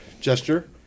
gesture